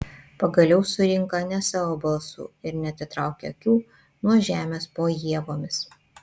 pagaliau surinka ne savo balsu ir neatitraukia akių nuo žemės po ievomis